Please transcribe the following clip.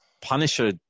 punisher